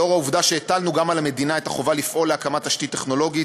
לאור העובדה שהטלנו גם על המדינה את החובה לפעול להקמת תשתית טכנולוגית,